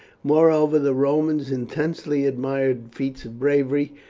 moreover the romans intensely admired feats of bravery,